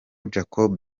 jacob